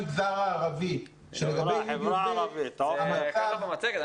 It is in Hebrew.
החברה הערבית שמאוד יקרה לליבנו,